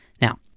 Now